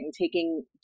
taking